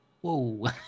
Whoa